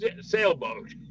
sailboat